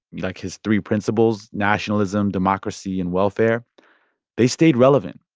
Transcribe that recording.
like his three principles nationalism, democracy and welfare they stayed relevant.